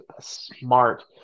smart